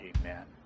Amen